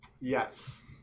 yes